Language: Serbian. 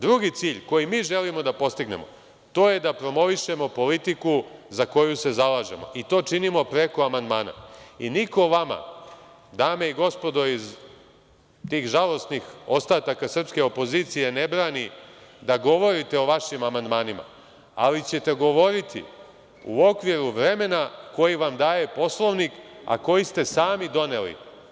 Drugi cilj koji mi želimo da postignemo to je da promovišemo politiku za koju se zalažemo i to činimo preko amandmana i niko vama, dame i gospodo iz tih žalosnih ostataka srpske opozicije ne brani da govorite o vašim amandmanima, ali ćete govoriti u okviru vremena koji vam daje Poslovnik, a koji ste sami doneli.